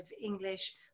English